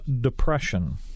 depression